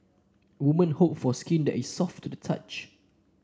woman hope for skin that is soft to the touch